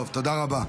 תראה,